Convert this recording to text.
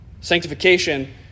sanctification